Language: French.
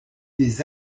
des